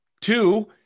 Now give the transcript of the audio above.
Two